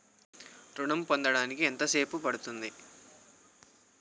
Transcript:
ఋణం పొందడానికి ఎంత సేపు పడ్తుంది?